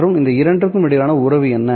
மற்றும் இந்த இரண்டிற்கும் இடையிலான உறவு என்ன